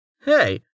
Hey